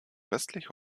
westlich